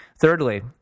Thirdly